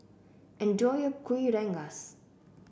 enjoy your Kuih Rengas